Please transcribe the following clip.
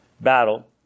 battle